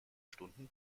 stunden